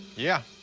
yeah.